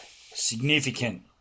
significant